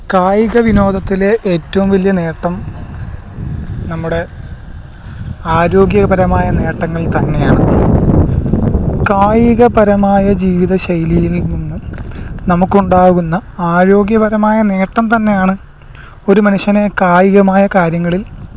കായികവിനോദത്തിലെ ഏറ്റവും വലിയ നേട്ടം നമ്മുടെ ആരോഗ്യപരമായ നേട്ടങ്ങള് തന്നെയാണ് കായികപരമായ ജീവിതശൈലിയില് നിന്നും നമുക്കുണ്ടാകുന്ന ആരോഗ്യപരമായ നേട്ടം തന്നെയാണ് ഒരു മനുഷ്യനെ കായികമായ കാര്യങ്ങളില്